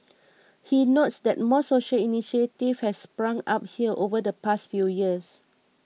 he notes that more social initiatives has sprung up here over the past few years